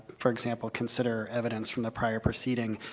for example, consider evidence from the prior proceeding,